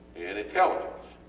and intelligence.